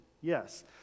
Yes